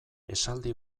esaldi